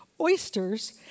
Oysters